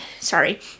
sorry